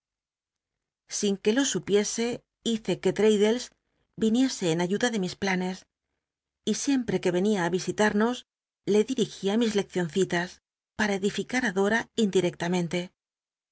sin que lo supiese hice que traddlcs y ayuda rlc mis planes y siempre que rcnia ü visital'llos le dirigía mis lcccioncilas para cdific u dora indirectamente